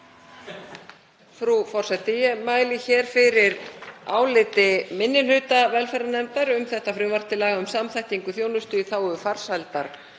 hér fyrir áliti minni hluta velferðarnefndar um þetta frumvarp til laga um samþættingu þjónustu í þágu farsældar